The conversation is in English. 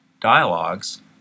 dialogues